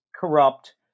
corrupt